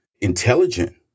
intelligent